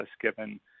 given